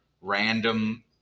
random